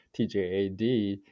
TJAD